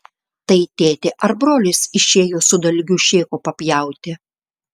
tai tėtė ar brolis išėjo su dalgiu šėko papjauti